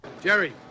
Jerry